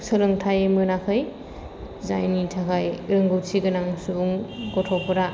सोलोंथाइ मोनाखै जायनि थाखाय रोंगौथि गोनां सुबुं गथ'फोरा